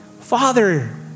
Father